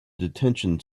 detention